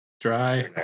dry